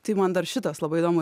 tai man dar šitas labai įdomu